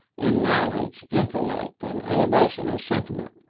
in knowledge, intellect, and elevation of sentiment.